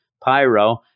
Pyro